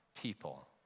people